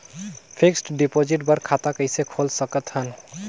Fixed deposit बर खाता कइसे खोल सकत हन?